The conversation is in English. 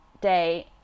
day